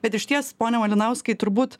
bet išties pone malinauskai turbūt